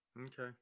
Okay